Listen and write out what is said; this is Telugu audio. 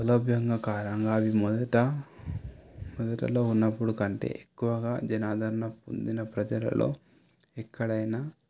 సౌలభ్యంగారంగా అవి మొదట మొదటలో ఉన్నప్పటి కంటే ఎక్కువగా జనాలను పొందిన ప్రజలలో ఎక్కడైనా